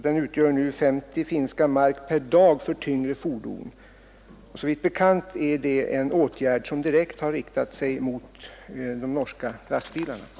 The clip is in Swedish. Den utgör nu 50 finska mark per dag för tyngre fordon. Såvitt bekant är det en åtgärd som direkt har motiverats av önskvärdheten att skapa likvärdiga konkurrensvillkor för finska och norska åkare.